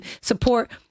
support